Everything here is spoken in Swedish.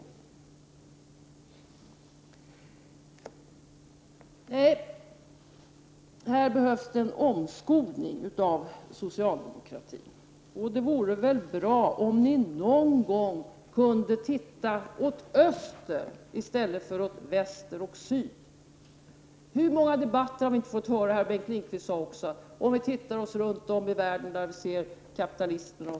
Nej, här behövs en omskolning av socialdemokratin. Det vore väl bra om ni någon gång kunde titta åt öster i stället för åt väster och syd. I hur många debatter har vi inte fått höra — Bengt Lindqvist sade det också i dag — att ”om vi ser oss runt om i världen där det finns kapitalister”?